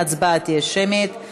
ההצבעה תהיה שמית.